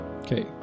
Okay